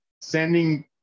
sending